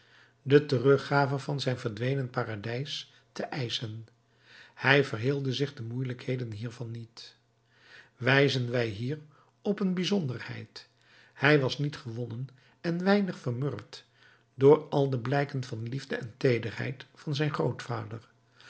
de teruggave van zijn verdwenen paradijs te eischen hij verheelde zich de moeielijkheden hiervan niet wijzen wij hier op een bijzonderheid hij was niet gewonnen en weinig vermurwd door al de blijken van liefde en teederheid van zijn grootvader